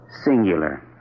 Singular